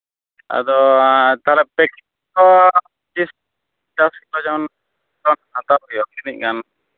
ᱟᱫᱚ ᱛᱟᱨᱟ ᱯᱮᱠ ᱟᱫᱚ ᱫᱚᱥ ᱵᱚᱨᱟ ᱜᱟᱱ ᱦᱟᱛᱟᱣ ᱦᱩᱭᱩᱜᱼᱟ ᱤᱱᱟᱹᱜ ᱜᱟᱱ